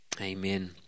Amen